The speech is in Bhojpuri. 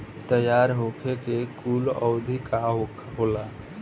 तैयार होखे के कूल अवधि का होला?